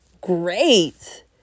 great